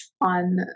on